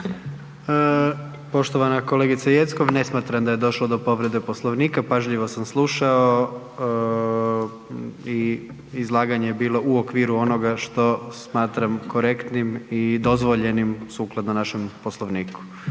Poštovana kolegice Jeckov, ne smatram da je došlo do povrede Poslovnika, pažljivo sam slušao i izlaganje je bilo u okviru onoga što smatram korektnim i dozvoljenim sukladno našem Poslovniku.